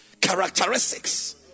characteristics